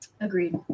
Agreed